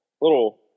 little